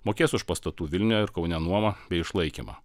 mokės už pastatų vilniuje ir kaune nuomą bei išlaikymą